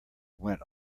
went